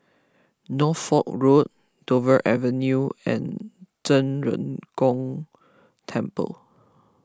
Norfolk Road Dover Avenue and Zhen Ren Gong Temple